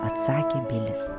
atsakė bilis